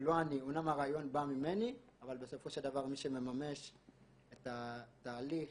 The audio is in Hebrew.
אמנם הרעיון בא ממני אבל בסופו של דבר מי שמממש את התהליך